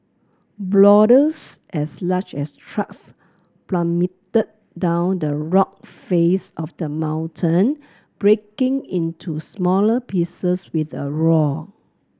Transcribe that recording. as large as trucks plummeted down the rock face of the mountain breaking into smaller pieces with a roar